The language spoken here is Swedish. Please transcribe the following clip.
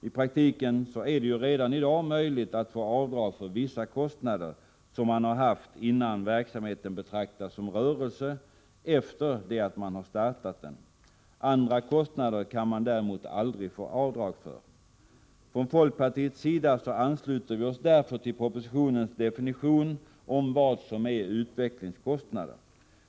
I praktiken är det ju redan i dag möjligt att få avdrag för vissa kostnader, som man haft innan verksamheten betraktas som rörelse, efter det man startat denna. Andra kostnader kan man däremot aldrig få avdrag för. Från folkpartiets sida ansluter vi oss därför till propositionens definition av vad som är utvecklingskostnader.